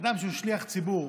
אדם שהוא שליח ציבור